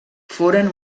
foren